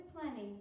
plenty